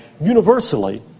universally